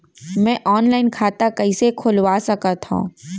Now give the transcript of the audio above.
मैं ऑनलाइन खाता कइसे खुलवा सकत हव?